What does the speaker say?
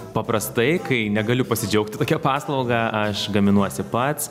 paprastai kai negaliu pasidžiaugti tokia paslauga aš gaminuosi pats